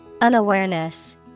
Unawareness